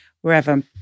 wherever